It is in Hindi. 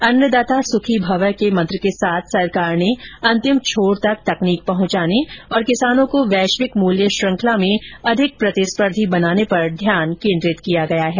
अन्नदाता सुखी भवः के मंत्र के साथ सरकार ने अंतिम छोर तक तकनीक पहुंचाने और किसानों को वैश्विक मूल्य शृंखला में अधिक प्रतिस्पर्धी बनाने पर ध्यान केन्द्रित किया है